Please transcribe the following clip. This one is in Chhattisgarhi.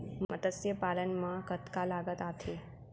मतस्य पालन मा कतका लागत आथे?